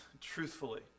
truthfully